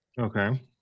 okay